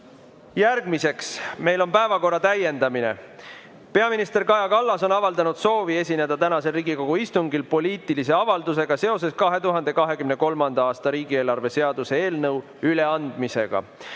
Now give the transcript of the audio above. Järgmiseks on meil päevakorra täiendamine. Peaminister Kaja Kallas on avaldanud soovi esineda tänasel Riigikogu istungil poliitilise avaldusega seoses 2023. aasta riigieelarve seaduse eelnõu üleandmisega.